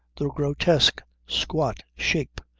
the grotesque squat shape,